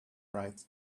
right